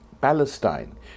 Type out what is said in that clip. Palestine